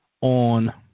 on